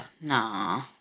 Nah